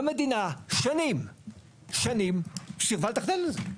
המדינה שנים סירבה לתכנן את זה.